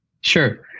Sure